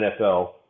NFL